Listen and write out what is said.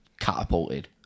catapulted